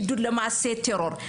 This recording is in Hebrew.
מעידוד למעשי טרור.